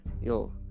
Yo